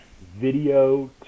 video